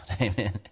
Amen